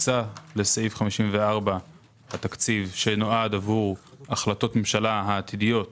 הוקצה לסעיף 54 התקציב שנועד עבור החלטות הממשלה העתידיות 550,